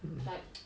but